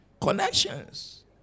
Connections